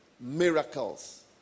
miracles